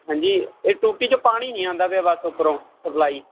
ਹਾਂਜੀ ਇਹ ਟੂਟੀ ਚੋਂ ਪਾਣੀ ਨਹੀਂ ਆਉਂਦਾ ਪਿਆ ਬਸ ਉੱਪਰੋਂ ਸਪਲਾਈ